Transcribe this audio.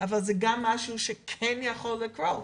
אבל זה גם משהו שיכול לקרות,